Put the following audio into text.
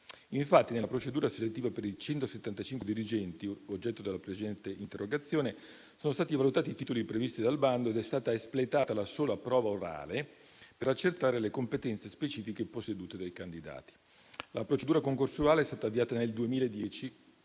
Infatti, nella procedura selettiva per i 175 dirigenti oggetto della precedente interrogazione sono stati valutati i titoli previsti dal bando ed è stata espletata la sola prova orale per accertare le competenze specifiche possedute dai candidati. La procedura concorsuale è stata avviata nel 2010